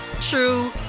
true